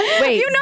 Wait